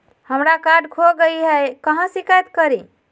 हमरा कार्ड खो गई है, कहाँ शिकायत करी?